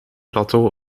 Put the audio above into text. plateau